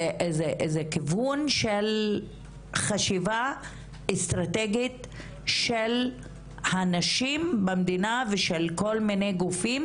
זה איזה כיוון של חשיבה אסטרטגית של הנשים במדינה ושל כל מיני גופים,